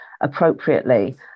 appropriately